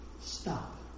stop